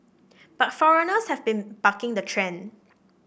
but foreigners have been bucking the trend